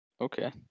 Okay